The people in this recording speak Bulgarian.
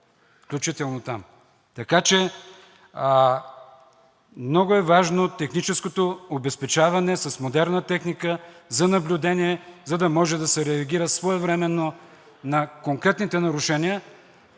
включително там. Така че много е важно техническото обезпечаване с модерна техника за наблюдение, за да може да се реагира своевременно на конкретните нарушения.